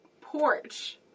Porch